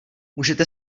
můžete